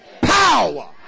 power